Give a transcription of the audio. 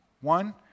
One